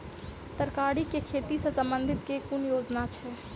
तरकारी केँ खेती सऽ संबंधित केँ कुन योजना छैक?